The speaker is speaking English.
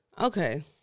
Okay